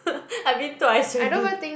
I been twice already